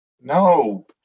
No